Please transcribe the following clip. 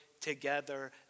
together